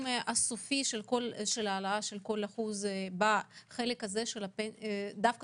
הסופי של העלאה של כל אחוז בחלק הזה של הפנסיה.